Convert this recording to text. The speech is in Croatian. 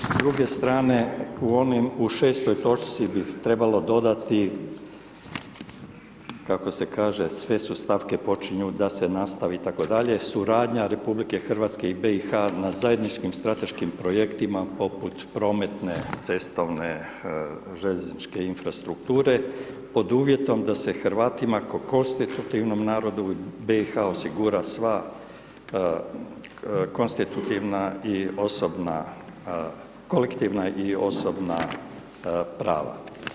S druge strane, u 6. točci bi trebalo dodati kako se kaže, sve stavke počinju da se nastavi itd., suradnja RH i BiH-a na zajedničkim strateškim projektima poput prometne, cestovne, željezničke infrastrukture pod uvjetom da se Hrvatima kao konstitutivnom narodu BiH-a osigura sva kolektivna i osobna prava.